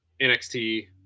NXT